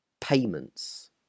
payments